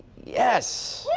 yes!